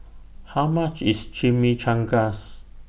How much IS Chimichangas